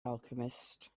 alchemist